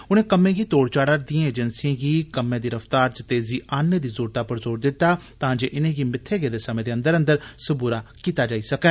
उने कम्में गी तोड़ चाढारदिएं एजेंसिएं गी कम्मै दी रफ्तार च तेजी आनने दी जरुरतै पर ज़ोर दिता तां जे इनेंगी मित्थे गेदे समें दे अंदर अंदर सबूरा कीता जाई सकैं